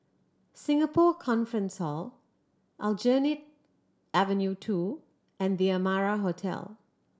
Singapore Conference Hall Aljunied Avenue Two and The Amara Hotel